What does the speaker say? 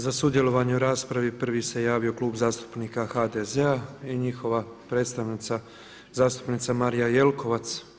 Za sudjelovanje u raspravi prvi se javio Klub zastupnika HDZ-a i njihova predstavnica zastupnica Marija Jelkovac.